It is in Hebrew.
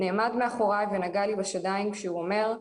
נעמד מאחורי ונגע לי בשדיים כשהוא אומר,